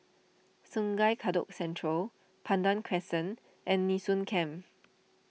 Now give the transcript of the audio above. Sungei Kadut Central Pandan Crescent and Nee Soon Camp